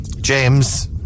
James